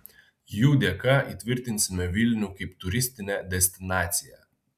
jų dėka įtvirtinsime vilnių kaip turistinę destinaciją